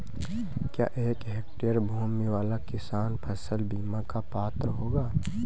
क्या एक हेक्टेयर भूमि वाला किसान फसल बीमा का पात्र होगा?